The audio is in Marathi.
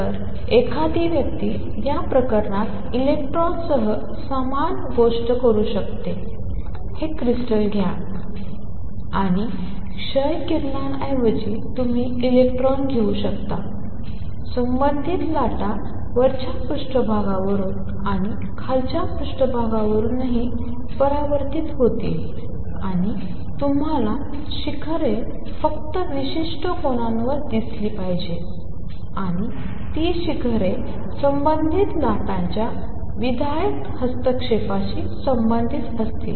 तर एखादी व्यक्ती या प्रकरणात इलेक्ट्रॉनसह समान गोष्ट करू शकते हे क्रिस्टल्स घ्या आणि क्ष किरणांऐवजी तुम्ही इलेक्ट्रॉन येऊ द्या आणि संबंधित लाटा वरच्या पृष्ठभागावरून आणि खालच्या पृष्ठभागावरूनही परावर्तित होतील आणि तुम्हाला शिखरे फक्त विशिष्ट कोनांवर दिसली पाहिजेत आणि ती शिखरे संबंधित लाटांच्या विधायक हस्तक्षेपाशी संबंधित असतील